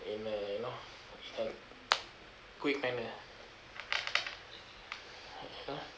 in a you know a quick manner you know